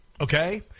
okay